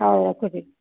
ହଉ ରଖୁଛି